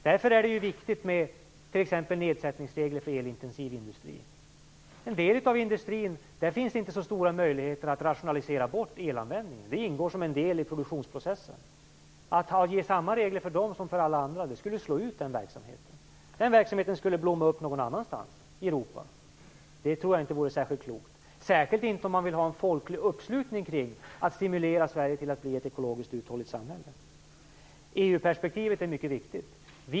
Därför är det viktigt att man t.ex. har nedsättningsregler för elintensiv industri. I en del av industrin finns inte så stora möjligheter att rationalisera bort elanvändningen. Den ingår som en del av produktionsprocessen. Att ha samma regler för den som för alla andra skulle slå ut den verksamheten. Den skulle i stället blomma upp någon annanstans i Europa, och det tror jag inte vore särskilt klokt - särskilt inte om man vill ha en folklig uppslutning kring att stimulera Sverige till att bli ett ekologiskt uthålligt samhälle. EU-perspektivet är mycket viktigt.